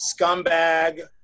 scumbag